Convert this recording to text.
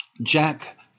jack